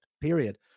period